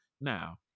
Now